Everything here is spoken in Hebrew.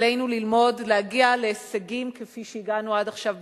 עלינו ללמוד להגיע להישגים כפי שהגענו עד עכשיו במסגרתו,